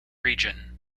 region